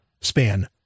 span